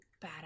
badass